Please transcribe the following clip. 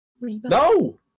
No